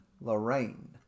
Lorraine